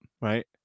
right